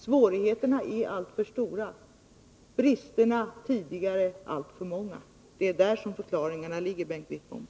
Svårigheterna är alltför stora, bristerna tidigare alltför många. Det är där förklaringarna ligger, Bengt Wittbom.